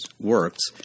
works